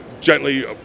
gently